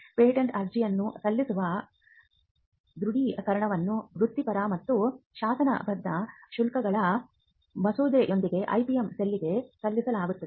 patent ಅರ್ಜಿಯನ್ನು ಸಲ್ಲಿಸುವ ದೃಢೀಕರಣವನ್ನು ವೃತ್ತಿಪರ ಮತ್ತು ಶಾಸನಬದ್ಧ ಶುಲ್ಕಗಳ ಮಸೂದೆಯೊಂದಿಗೆ IPM ಸೆಲ್ಗೆ ಸಲ್ಲಿಸಲಾಗುತ್ತದೆ